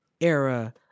era